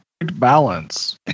balance